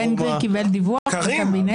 בן גביר קיבל דיווח מהקבינט?